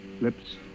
lips